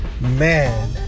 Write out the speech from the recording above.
Man